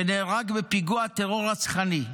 שנהרג בפיגוע טרור רצחני.